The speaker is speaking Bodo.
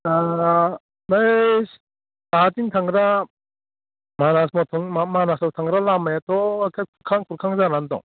दा बै साहाथिं थांग्रा मानास मथन मा मानासआव थांग्रा लामायाथ' एके खुरखाहां खुरखाहां जानानै दं